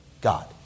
God